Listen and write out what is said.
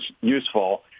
useful